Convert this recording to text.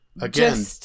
Again